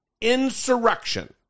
insurrection